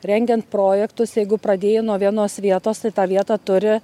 rengiant projektus jeigu pradėjai nuo vienos vietos tai tą vietą turi